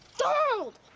donald!